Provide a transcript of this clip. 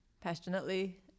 passionately